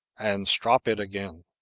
and strop it again.